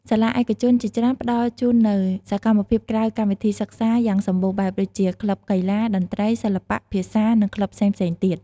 សាលាឯកជនជាច្រើនផ្តល់ជូននូវ សកម្មភាពក្រៅកម្មវិធីសិក្សា យ៉ាងសម្បូរបែបដូចជា ក្លឹបកីឡា តន្ត្រី សិល្បៈ ភាសា និងក្លឹបផ្សេងៗទៀត។